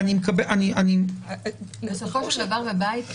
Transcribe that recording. אבל אני חושב שאנחנו חייבים לדבר על סמך נתונים.